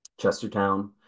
Chestertown